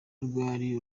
rwari